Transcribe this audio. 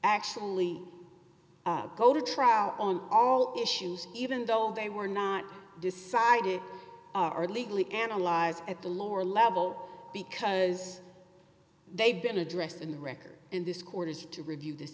actually go to trial on all issues even though they were not decided are legally analyzed at the lower level because they've been addressed in the record in this quarters to review this